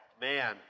Man